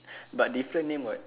but different name [what]